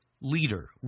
leader